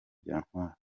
byantwara